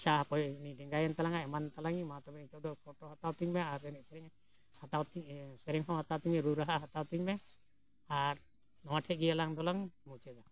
ᱪᱟ ᱠᱚᱭ ᱩᱱᱤ ᱰᱮᱸᱜᱟᱭᱮᱱ ᱛᱟᱞᱟᱝᱟ ᱮᱢᱟᱱ ᱛᱟᱞᱟᱝᱤᱧ ᱢᱟ ᱛᱚᱵᱮ ᱱᱤᱛᱚᱜ ᱫᱚ ᱯᱷᱚᱴᱳ ᱦᱟᱛᱟᱣ ᱛᱤᱧ ᱢᱮ ᱟᱨ ᱮᱱᱮᱡ ᱥᱮᱨᱮᱧ ᱦᱟᱛᱟᱣ ᱛᱤᱧ ᱥᱮᱨᱮᱧ ᱦᱚᱸ ᱦᱟᱛᱟᱣ ᱛᱤᱧ ᱢᱮ ᱨᱩ ᱨᱟᱦᱟ ᱦᱟᱛᱟᱣ ᱛᱤᱧ ᱢᱮ ᱟᱨ ᱱᱚᱣᱟ ᱴᱷᱮᱡ ᱜᱮ ᱟᱞᱟᱝ ᱫᱚᱞᱟᱝ ᱢᱩᱪᱟᱹᱫᱟ